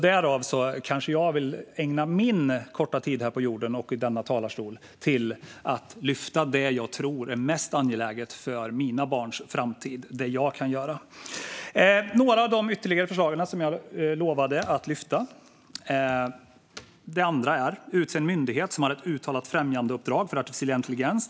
Därav följer att jag vill ägna min korta tid här på jorden och i denna talarstol åt att lyfta det jag tror är mest angeläget för mina barns framtid och det jag kan göra. Jag övergår nu till några av de ytterligare förslag som jag lovade att lyfta. Det andra förslaget är att utse en myndighet som har ett uttalat främjandeuppdrag för artificiell intelligens.